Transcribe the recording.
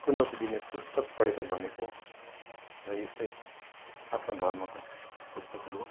चुनौती दिने पुस्तक पढेको भनेको र यस्तै आफ्ना धर्मको पुस्तकहरू हो